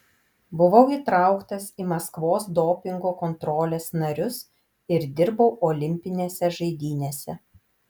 buvau įtrauktas į maskvos dopingo kontrolės narius ir dirbau olimpinėse žaidynėse